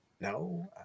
No